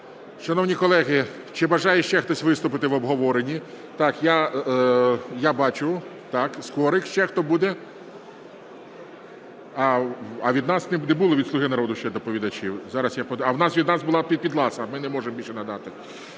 Шановні колеги, чи бажає ще хтось виступити в обговоренні? Так, я бачу… Так, Скорик. Ще хто буде? А від нас не було, від "Слуги народу" ще доповідачів? А від нас була Підласа, ми не можемо більше надати.